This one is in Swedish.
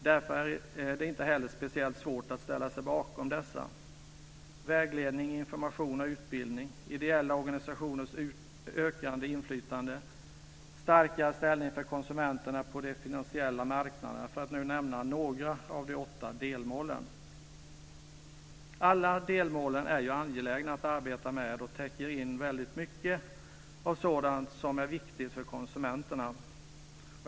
Därför är det inte heller speciellt svårt att ställa sig bakom dessa: vägledning, information och utbildning, ideella organisationers ökande inflytande och starkare ställning för konsumenterna på de finansiella marknaderna, för att nu nämna några av de åtta delmålen. Alla delmålen är ju angelägna att arbeta med och täcker in väldigt mycket av sådant som är viktigt för konsumenterna.